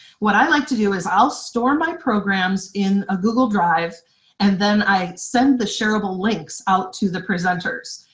what i like to do is i'll store my programs in a google drive and then i send the shareable links out to the presenters.